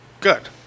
good